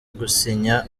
gusinya